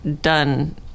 done